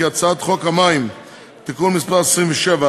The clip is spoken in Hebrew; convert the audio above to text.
כי הצעת חוק המים (תיקון מס' 27),